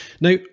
Now